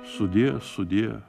sudie sudie